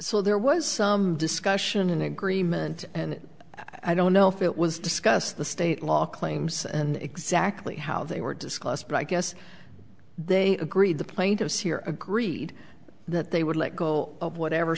so there was some discussion in agreement and i don't know if it was discussed the state law claims and exactly how they were discussed but i guess they agreed the plaintiffs here agreed that they would let go of whatever